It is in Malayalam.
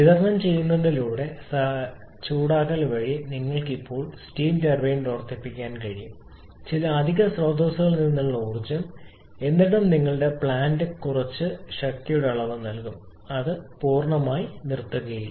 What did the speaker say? വിതരണം ചെയ്യുന്നതിലൂടെ സഹായ ചൂടാക്കൽ വഴി നിങ്ങൾക്ക് ഇപ്പോഴും സ്റ്റീം ടർബൈൻ പ്രവർത്തിപ്പിക്കാൻ കഴിയും ചില അധിക സ്രോതസ്സുകളിൽ നിന്നുള്ള ഊർജ്ജം എന്നിട്ടും നിങ്ങളുടെ പ്ലാന്റ് കുറച്ച് ശക്തിയുടെ അളവ് നൽകും അത് പൂർണ്ണമായും നിർത്തുകയില്ല